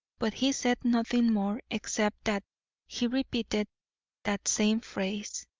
but he said nothing more except that he repeated that same phrase,